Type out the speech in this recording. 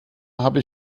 habe